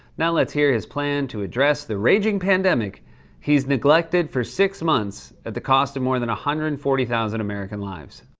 now, let's hear his plan to address the raging pandemic he's neglected for six months at the cost of more than one hundred and forty thousand american lives.